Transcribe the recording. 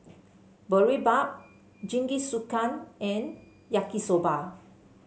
Boribap Jingisukan and Yaki Soba